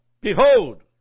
Behold